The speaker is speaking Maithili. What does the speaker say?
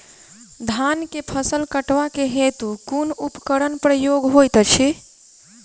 धान केँ फसल कटवा केँ हेतु कुन उपकरणक प्रयोग होइत अछि?